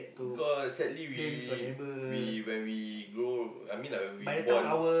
because sadly we we when we grow I mean like when we born